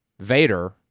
Vader